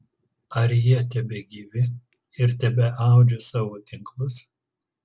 ar jie tebegyvi ir tebeaudžia savo tinklus